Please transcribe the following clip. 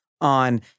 on